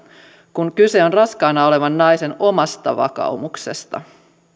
kun kyse on raskaana olevan naisen omasta vakaumuksesta